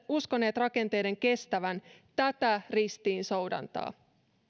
uskoneet rakenteiden kestävän tätä ristiinsoudantaa